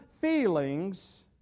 feelings